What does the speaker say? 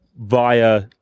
via